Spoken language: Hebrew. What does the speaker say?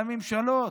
לממשלות,